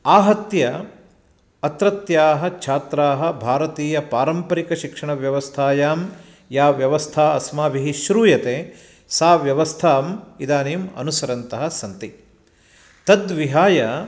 आहत्य अत्रत्याः छात्राः भारतीयपारम्परिकशिक्षणव्यवस्थायां या व्यवस्था अस्माभिः श्रूयते सा व्यवस्थाम् इदानीम् अनुसरन्तः सन्ति तद्विहाय